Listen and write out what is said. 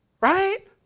right